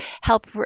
help